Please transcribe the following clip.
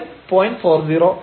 40 ആവും